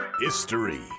history